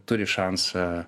turi šansą